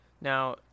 now